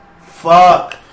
Fuck